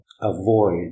Avoid